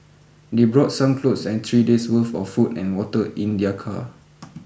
they brought some clothes and three days' worth of food and water in their car